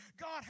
God